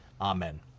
Amen